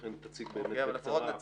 לכן תציג בקצרה.